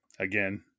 Again